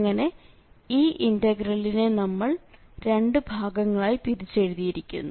അങ്ങനെ ഈ ഇന്റഗ്രലിനെ നമ്മൾ രണ്ടു ഭാഗങ്ങളാക്കി പിരിച്ചെഴുതിയിരിക്കുന്നു